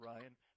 Ryan